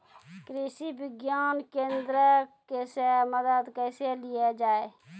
कृषि विज्ञान केन्द्रऽक से मदद कैसे लिया जाय?